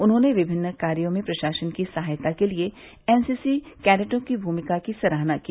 उन्होंने विभिन्न कार्यों में प्रशासन की सहायता के लिए एनसीसी कैडेटों की भूमिका की सराहना की